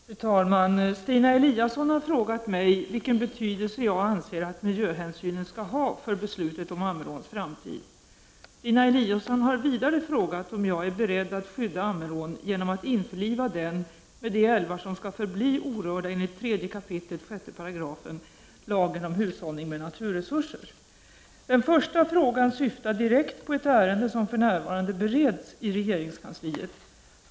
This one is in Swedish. Fru talman! Stina Eliasson har frågat mig vilken betydelse jag anser att miljöhänsynen skall ha för beslutet om Ammeråns framtid. Stina Elisasson har vidare frågat om jag är beredd att skydda Ammerån genom att införliva den med de älvar som skall förbli orörda enligt 3 kap. 6§ lagen om hushållning med naturresurser. Den första frågan syftar direkt på ett ärende som för närvarande bereds i regeringskansliet.